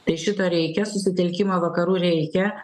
tai šito reikia susitelkimo vakarų reikia